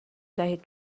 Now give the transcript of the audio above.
دهید